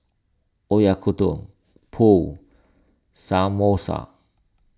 Oyakodon Pho Samosa